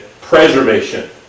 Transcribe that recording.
preservation